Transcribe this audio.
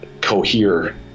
cohere